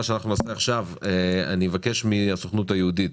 מה שאנחנו נעשה עכשיו, אני אבקש מהסוכנות היהודית